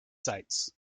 sites